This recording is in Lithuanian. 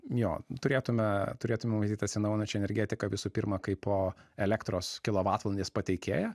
jo turėtume turėtume matyt atsinaujinančią energetiką visų pirma kaipo elektros kilovatvalandės pateikėją